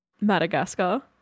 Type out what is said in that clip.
Madagascar